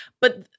But-